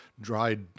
dried